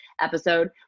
episode